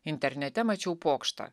internete mačiau pokštą